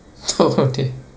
oh dear